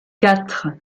quatre